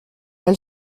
elle